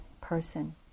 person